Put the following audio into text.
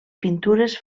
pintures